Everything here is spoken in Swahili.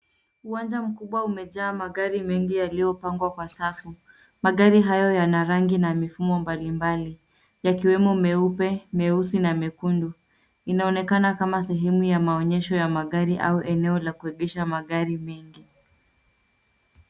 Uwanja mkubwa umejaa magari mengi yaliyopangwa kwa safu. Magari hayo yana rangi na mifumo mbalimbali. Yakiwemo meupe, meusi, na mekundu. Inaonekana kama sehemu ya maonyesho ya magari au eneo la kuegesha magari mengi.